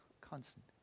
Constant